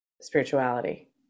spirituality